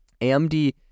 AMD